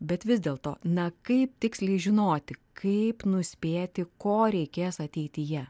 bet vis dėlto na kai tiksliai žinoti kaip nuspėti ko reikės ateityje